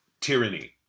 tyranny